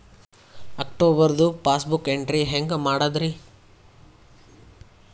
ಅಕ್ಟೋಬರ್ದು passbook entry ಹೆಂಗ್ ಮಾಡದ್ರಿ?